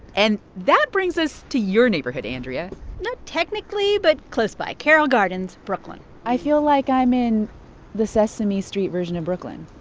and that brings us to your neighborhood, andrea not technically, but close by. carroll gardens, brooklyn i feel like i'm in the sesame street version of brooklyn.